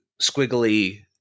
squiggly